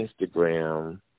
Instagram